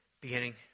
beginning